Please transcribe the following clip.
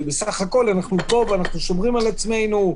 אנחנו שומרים על עצמנו.